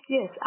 Yes